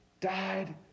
died